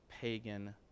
pagan